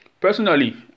personally